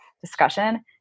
discussion